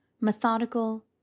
Methodical